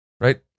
right